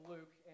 Luke